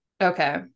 Okay